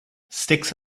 sticks